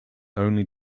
only